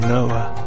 Noah